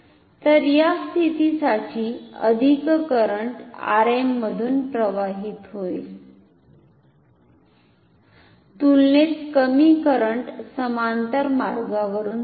तर या स्थितीसाठी अधिक करंट Rm मधुन प्रवाहित होइल तुलनेत कमी करंट समांतर मार्गावरुन जाते